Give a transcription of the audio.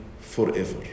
forever